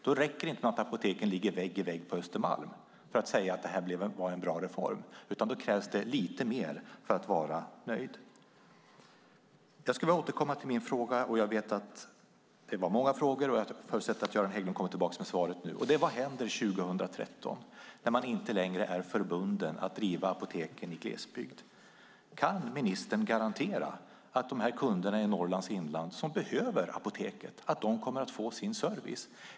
Då räcker det inte med att apoteken ligger vägg i vägg på Östermalm för att säga att det här var en bra reform, utan då krävs det lite mer för att vara nöjd. Jag skulle vilja återkomma till min fråga. Jag vet att det var många frågor, och jag förutsätter att Göran Hägglund nu kommer tillbaka med svaret. Vad händer 2013 när man inte längre är förbunden att driva apoteken i glesbygd? Kan ministern garantera att kunderna i Norrlands inland, som behöver apoteket, kommer att få sin service?